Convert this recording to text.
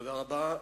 תודה רבה.